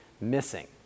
missing